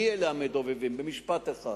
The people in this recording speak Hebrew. מי אלה המדובבים, במשפט אחד,